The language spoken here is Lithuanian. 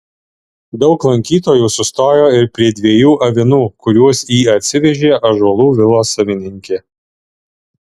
daug lankytojų sustojo ir prie dviejų avinų kuriuos į atsivežė ąžuolų vilos savininkė